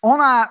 Ona